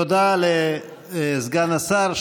תודה לסגן השר.